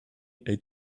eight